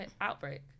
outbreak